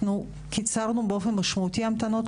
אנחנו קיצרנו באופן משמעותי המתנות,